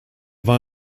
war